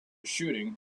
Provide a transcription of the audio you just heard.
shooting